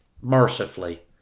mercifully